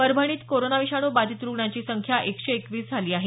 परभणीत कोरोना विषाणू बाधित रुग्णांची संख्या एकशे एकवीस झाली आहे